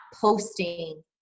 posting